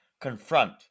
confront